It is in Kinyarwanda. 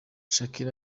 shakira